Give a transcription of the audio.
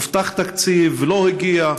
הובטח תקציב ולא הגיע.